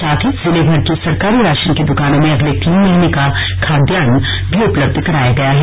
साथ ही जिलेभर की सरकारी राशन की दुकानों में अगले तीन महीने का खाद्यान्न भी उपलब्ध कराया गया है